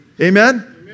Amen